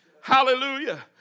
Hallelujah